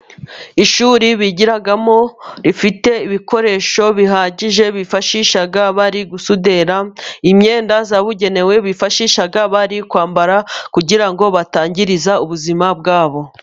Ishuri bigiramo rifite ibikoresho bihagije ,bifashisha bari gusudira .Imyenda yabugenewe bifashisha bari kwambara kugira ngo batangiriza ubuzima bwabo.